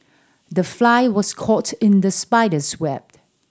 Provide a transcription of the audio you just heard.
the fly was caught in the spider's web